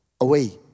away